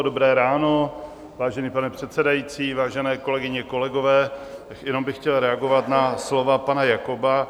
Dobré ráno, vážený pane předsedající, vážené kolegyně, kolegové, jenom bych chtěl reagovat na slova pana Jakoba.